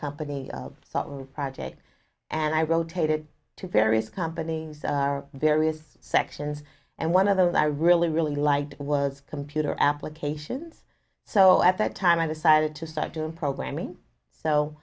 company of thought and project and i rotated to various companies various sections and one of those i really really liked was computer applications so at that time i decided to start to programming so